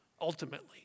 ultimately